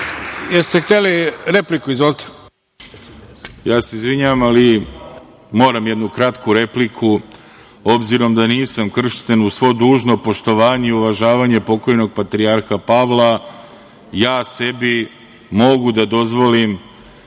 **Đorđe Komlenski** Ja se izvinjavam, ali moram jednu kratku repliku, obzirom da nisam kršten, uz svo dužno poštovanje i uvažavanje pokojnog patrijarha Pavla, ja sebi mogu da dozvolim